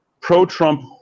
pro-Trump